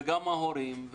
גם ההורים,